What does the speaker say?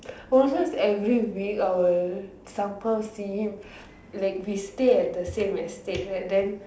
always almost every week I will somehow see him like we stay at the same estate right then